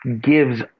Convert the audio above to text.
gives